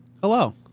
Hello